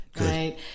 right